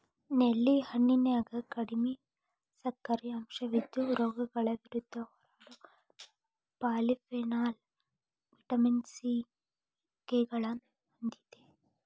ನೇಲಿ ಹಣ್ಣಿನ್ಯಾಗ ಕಡಿಮಿ ಸಕ್ಕರಿ ಅಂಶವಿದ್ದು, ರೋಗಗಳ ವಿರುದ್ಧ ಹೋರಾಡೋ ಪಾಲಿಫೆನಾಲ್, ವಿಟಮಿನ್ ಸಿ, ಕೆ ಗಳನ್ನ ಹೊಂದೇತಿ